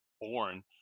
born